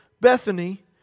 Bethany